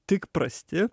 tik prasti